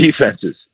defenses